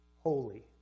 holy